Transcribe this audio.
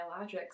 biologics